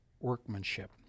workmanship